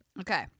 Okay